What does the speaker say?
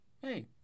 hey